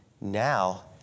Now